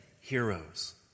heroes